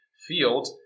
field